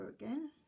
again